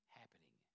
happening